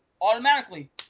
Automatically